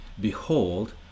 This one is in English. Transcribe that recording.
behold